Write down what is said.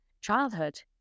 childhood